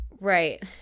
right